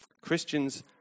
Christians